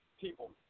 people